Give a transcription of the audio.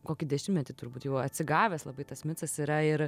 kokį dešimtmetį turbūt jau atsigavęs labai tas micas yra ir